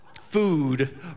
food